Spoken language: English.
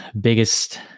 biggest